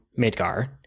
Midgar